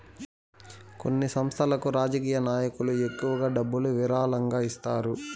కొన్ని సంస్థలకు రాజకీయ నాయకులు ఎక్కువ డబ్బులు విరాళంగా ఇస్తారు